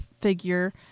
figure